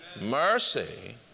Mercy